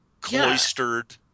cloistered